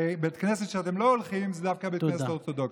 ובית הכנסת שאתם לא הולכים אליו הוא דווקא בית הכנסת האורתודוקסי.